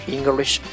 English